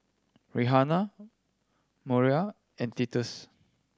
Rihanna Moira and Titus